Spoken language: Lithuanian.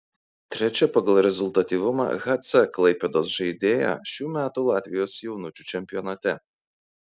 trečia pagal rezultatyvumą hc klaipėdos žaidėja šių metų latvijos jaunučių čempionate